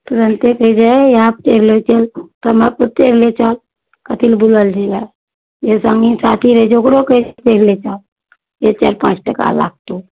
तुरन्ते कहय छै हइ यहाँपर चढ़ि ले चल लए चल कथी लए बौवाइ लए जेबहा जे सङ्गी साथी रहय छै ओकरो कहय छै चढ़ि ले चल जे चारि पाँच टाका लागतौ